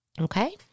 Okay